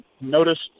noticed